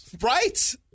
Right